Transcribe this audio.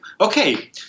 okay